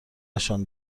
نشان